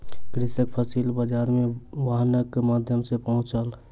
कृषक फसिल बाजार मे वाहनक माध्यम सॅ पहुँचल